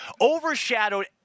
overshadowed